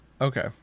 Okay